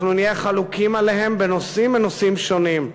אנחנו נהיה חלוקים עליהם בנושאים מנושאים שונים,